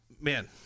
man